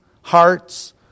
hearts